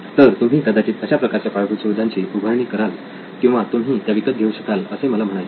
तर तुम्ही कदाचित अशा प्रकारच्या पायाभूत सुधारणांची उभारणी कराल किंवा तुम्ही त्या विकत घेऊ शकाल असे मला म्हणायचे आहे